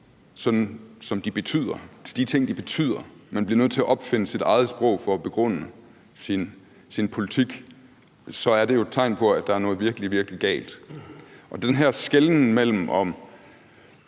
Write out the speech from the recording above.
til det, de betyder, men bliver nødt til at opfinde sit eget sprog for at begrunde sin politik, så er det jo et tegn på, at der er noget virkelig, virkelig galt. Og det her med, at man